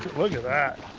look at that.